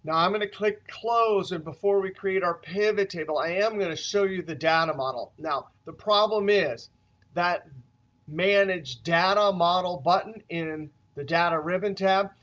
and i'm going to click close and before we create our pivot table i am going to show you the data model. now the problem is that manage data model button in the data ribbon tab,